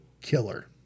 killer